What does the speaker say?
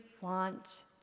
want